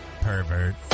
Pervert